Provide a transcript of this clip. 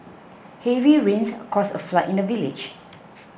heavy rains caused a flood in the village